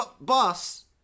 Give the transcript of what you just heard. Boss